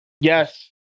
Yes